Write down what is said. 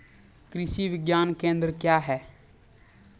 कृषि विज्ञान केंद्र क्या हैं?